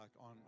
On